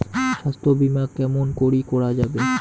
স্বাস্থ্য বিমা কেমন করি করা যাবে?